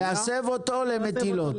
להסב אותו למטילות.